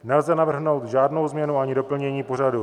Nelze navrhnout žádnou změnu ani doplnění pořadu.